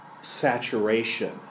saturation